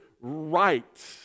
right